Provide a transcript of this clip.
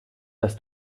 dass